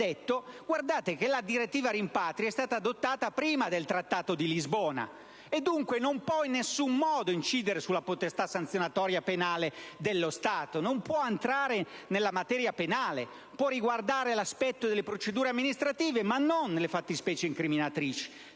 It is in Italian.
rilevava come la direttiva rimpatri fosse stata adottata prima del Trattato di Lisbona, e che dunque non poteva in nessun modo incidere sulla potestà sanzionatoria penale dello Stato, e dunque non poteva entrare nella materia penale, può riguardare l'aspetto delle procedure amministrative, ma non quello delle fattispecie incriminatrici.